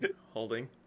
Holding